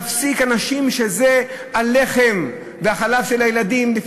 אנשים שזה הלחם והחלב של הילדים שלהם,